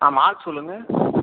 ஆ mark சொல்லுங்கள்